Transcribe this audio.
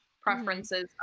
preferences